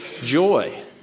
joy